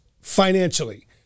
financially